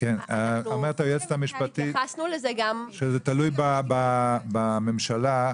אומרת היועצת המשפטית שזה תלוי בממשלה,